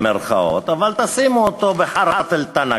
אבל שימו אותו "בחרת' אל טנק",